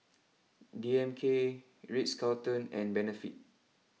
D M K Ritz Carlton and Benefit